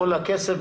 כל הכסף,